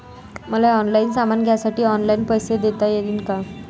मले ऑनलाईन सामान घ्यासाठी ऑनलाईन पैसे देता येईन का?